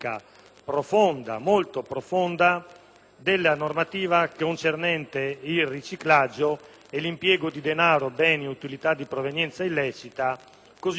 della normativa concernente il riciclaggio e l'impiego di denaro, beni e utilità di provenienza illecita, così come formulata all'interno del codice penale.